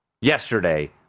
yesterday